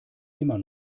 immer